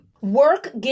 Work